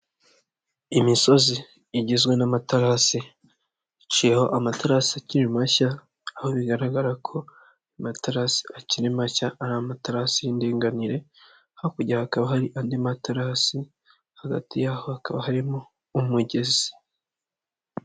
Imisozi igizwe n'amaterasi, iciyeho amaterasi akiri mashya, aho bigaragara ko amaterasi akiri mashya ari amaterasi y'indinganire, hakurya hakaba hari andi materasi hagati yaho hakaba harimo umugezi.